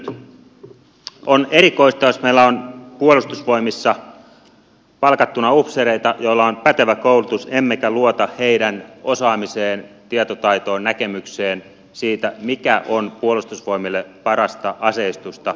on erikoista jos meillä on puolustusvoimissa palkattuna upseereita joilla on pätevä koulutus emmekä luota heidän osaamiseensa tietotaitoonsa näkemykseensä siitä mikä on puolustusvoimille parasta aseistusta